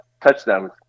touchdowns